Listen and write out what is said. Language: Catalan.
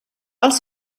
els